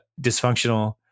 dysfunctional